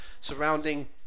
surrounding